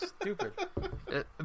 stupid